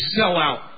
sellout